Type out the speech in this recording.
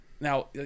Now